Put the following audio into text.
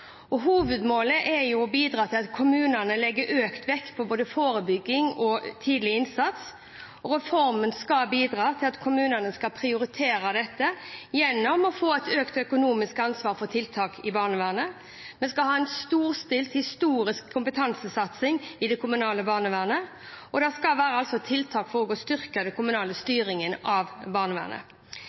bor. Hovedmålet er å bidra til at kommunene legger økt vekt på både forebygging og tidlig innsats, og reformen skal bidra til at kommunene skal prioritere dette gjennom å få et økt økonomisk ansvar for tiltak i barnevernet, vi skal ha en storstilt, historisk kompetansesatsing i det kommunale barnevernet, og det skal altså være tiltak for å styrke den kommunale styringen av barnevernet.